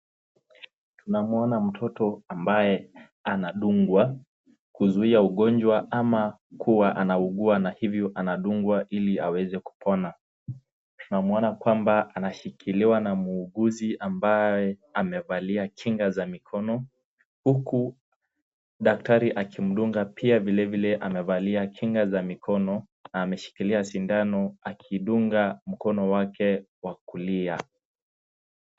Namuona mtoto ambaye anadungwa kuzuia ugonjwa ama kuwa anaugua na hivyo anadungwa ili aweze kupona. Tunamuona kwamba anashikiliwa na muuguzi ambaye amevalia kinga za mikono, huku daktari akimdunga pia vile vile amevalia kinga za mikono na ameshikilia sindano akidunga mkono wake wa kulia.